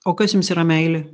o kas jums yra meilė